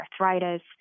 arthritis